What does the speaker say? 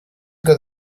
got